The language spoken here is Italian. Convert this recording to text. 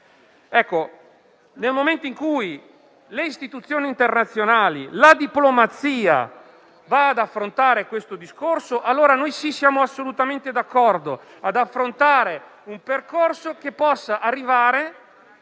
Nel momento in cui le istituzioni internazionali e la diplomazia vanno ad affrontare questo discorso, allora sì, siamo assolutamente d'accordo con l'intraprendere un percorso che possa arrivare